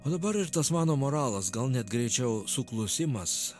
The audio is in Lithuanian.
o dabar ir tas mano moralas gal net greičiau suklusimas